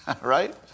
Right